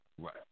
Right